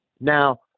Now